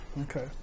Okay